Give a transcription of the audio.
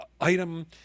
item